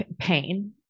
pain